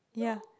yeah